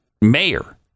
mayor